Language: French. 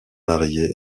marié